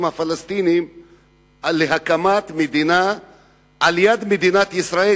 הפלסטינים להקמת מדינה על יד מדינת ישראל?